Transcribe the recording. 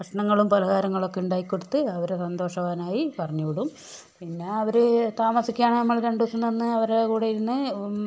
ഭക്ഷണങ്ങളും പലഹാരങ്ങളും ഒക്കെ ഉണ്ടാക്കി കൊടുത്ത് അവരെ സന്തോഷവാനായി പറഞ്ഞു വിടും പിന്നെ അവര് താമസിക്കുകയാണേൽ നമ്മൾ രണ്ട് വശവും നിന്ന് അവരുടെ കൂടെ ഇരുന്ന്